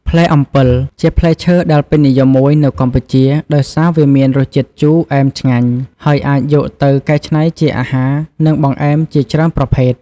ផ្លែអំពិល ជាផ្លែឈើដែលពេញនិយមមួយនៅកម្ពុជា ដោយសារវាមានរសជាតិជូរអែមឆ្ងាញ់ ហើយអាចយកទៅកែច្នៃជាអាហារ និងបង្អែមជាច្រើនប្រភេទ។